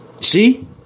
See